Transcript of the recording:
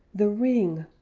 the ring.